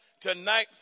tonight